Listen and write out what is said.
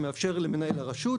ומאפשר למנהל הרשות,